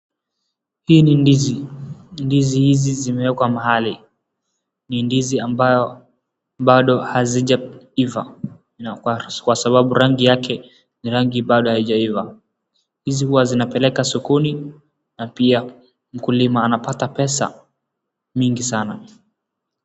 Hii ni ndizi. Ndizi hizi zimewekwa mahali. Ni ndizi ambazo bado hazijaiva kwasababu rangi yake ni rangi bado haijaiva. Hizi huwa zinapelekwa sokoni na pia mkulima anapata pesa mingi sana.